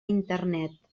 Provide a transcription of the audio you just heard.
internet